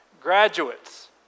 graduates